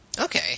Okay